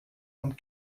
und